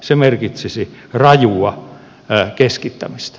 se merkitsisi rajua keskittämistä